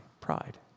pride